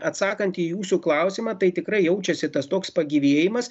atsakant į jūsų klausimą tai tikrai jaučiasi tas toks pagyvėjimas